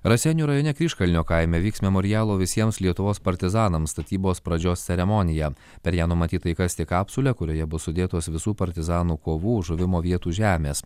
raseinių rajone kryžkalnio kaime vyks memorialo visiems lietuvos partizanams statybos pradžios ceremonija per ją numatyta įkasti kapsulę kurioje bus sudėtos visų partizanų kovų žuvimo vietų žemės